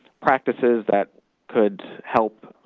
practices that could help